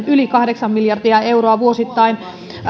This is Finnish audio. yli kahdeksan miljardia euroa vuosittain